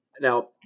Now